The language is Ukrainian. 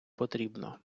потрібно